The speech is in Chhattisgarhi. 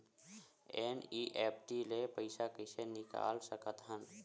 एन.ई.एफ.टी ले पईसा कइसे निकाल सकत हन?